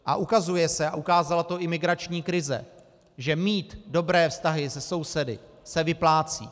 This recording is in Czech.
A ukazuje se, a ukázala to i migrační krize, že mít dobré vztahy se sousedy se vyplácí.